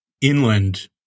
Inland